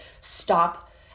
stop